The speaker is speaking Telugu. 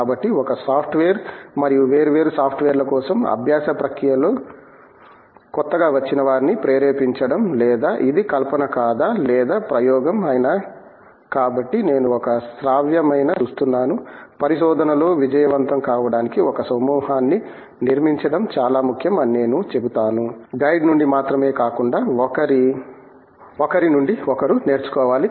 కాబట్టి ఇది ఒక సాఫ్ట్వేర్ మరియు వేర్వేరు సాఫ్ట్వేర్ల కోసం అభ్యాస ప్రక్రియలో కొత్తగా వచ్చినవారిని ప్రేరేపించడం లేదా ఇది కల్పన కాదా లేదా ప్రయోగం అయినా కాబట్టి నేను ఒక శ్రావ్యమైన సమూహాన్ని చూస్తున్నాను పరిశోధనలో విజయవంతం కావడానికి ఒక సమూహాన్ని నిర్మించడం చాలా ముఖ్యం అని నేను చెబుతాను గైడ్ నుండి మాత్రమే కాకుండా ఒకరి నుండి ఒకరు నేర్చుకోవాలి